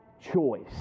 choice